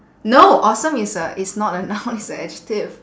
no awesome is a is not a noun it's a adjective